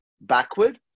backward